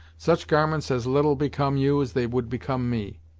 such garments as little become you as they would become me.